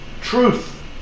truth